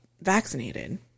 vaccinated